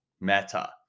Meta